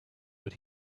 but